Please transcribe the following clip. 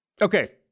Okay